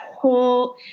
whole